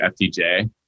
FTJ